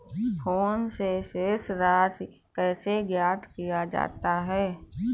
Phone से शेष राशि कैसे ज्ञात किया जाता है?